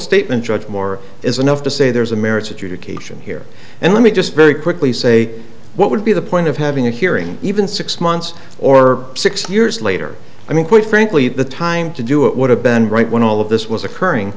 statement judge moore is enough to say there's a merits adjudication here and let me just very quickly say what would be the point of having a hearing even six months or six years later i mean quite frankly the time to do it would have been right when all of this was occurring